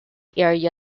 area